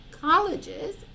colleges